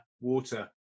water